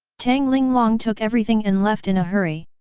tang linglong took everything and left in a hurry.